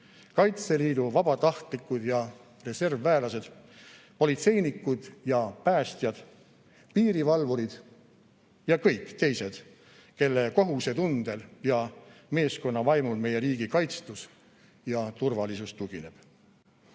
kaitseliidu vabatahtlikud ja reservväelased; politseinikud ja päästjad; piirivalvurid ja kõik teised, kelle kohusetundel ja meeskonnavaimul meie riigi kaitstus ja turvalisus